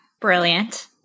brilliant